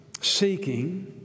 seeking